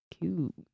Cute